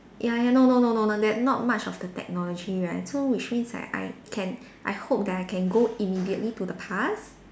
ya ya no no no no no that not much of that technology right so which means that I can I hope that I can go immediately to the past